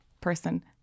person